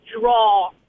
draw